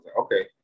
okay